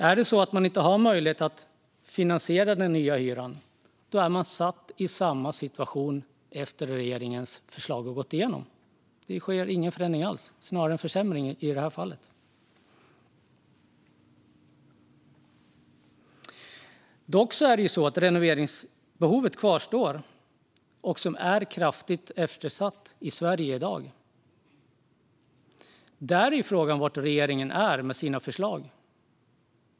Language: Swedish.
Om man inte har möjlighet att finansiera den nya hyran sitter man i samma situation även efter det att regeringens förslag har gått igenom. Det sker ingen förändring alls utan snarare en försämring. Dock kvarstår renoveringsbehovet. Underhållet är kraftigt eftersatt i Sverige i dag. Här finns också frågan var regeringen är med sina förslag.